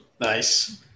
Nice